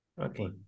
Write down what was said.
Okay